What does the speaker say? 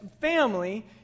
family